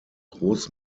groß